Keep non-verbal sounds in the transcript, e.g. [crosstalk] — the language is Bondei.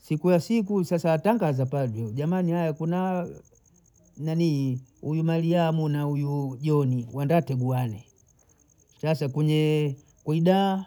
siku ya siku sasa watangaza padri huyu jamani aya kuna [hesitation] nanii huyu mariamu na huyu joni wenda nteguane, sasa kwenye kwahida